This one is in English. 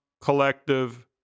collective